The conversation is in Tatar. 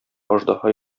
аждаһа